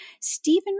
Stephen